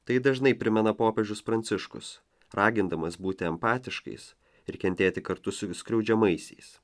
tai dažnai primena popiežius pranciškus ragindamas būti empatiškais ir kentėti kartu su skriaudžiamaisiais